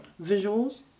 Visuals